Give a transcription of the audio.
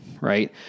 right